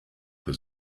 has